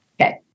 Okay